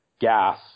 gas